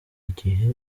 igihe